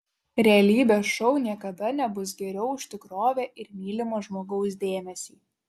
realybės šou niekada nebus geriau už tikrovę ir mylimo žmogaus dėmesį